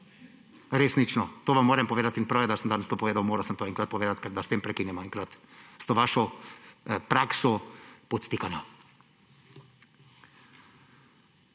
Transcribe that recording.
Resnično. To vam moram povedati in prav je, da sem danes to povedal, moral sem to enkrat povedati, da s tem prekinemo enkrat. S to vašo prakso podtikanja.